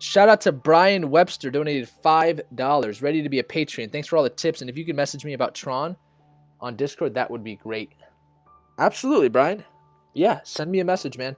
shoutout to brian webster donated five dollars ready to be a patreon. thanks for all the tips, and if you can message me about tron on discord that would be great absolutely brian yeah, send me a message man